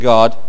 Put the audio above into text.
God